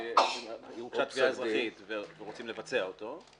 כשהוגשה תביעה אזרחית ורוצים לבצע אותו,